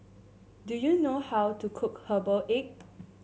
do you know how to cook Herbal Egg